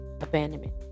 abandonment